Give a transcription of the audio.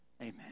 Amen